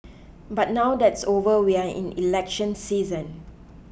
but now that's over we are in election season